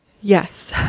Yes